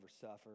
suffer